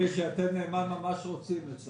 אם ביתד נאמן זה כתוב אני מתחיל להתייחס אל זה ברצינות...